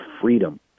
freedom